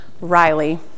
Riley